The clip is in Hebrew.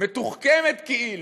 מתוחכמת כאילו,